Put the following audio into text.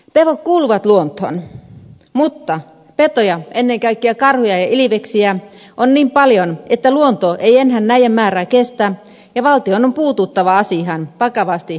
pedot kuuluvat luontoon mutta petoja ennen kaikkea karhuja ja ilveksiä on niin paljon että luonto ei enää näiden määrää kestä ja valtion on puututtava asiaan vakavasti ja nopeasti